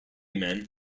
men